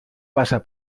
passar